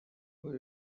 were